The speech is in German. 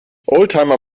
oldtimer